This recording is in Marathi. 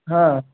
हां